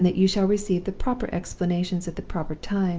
and that you shall receive the proper explanations at the proper time,